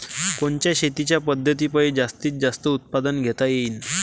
कोनच्या शेतीच्या पद्धतीपायी जास्तीत जास्त उत्पादन घेता येईल?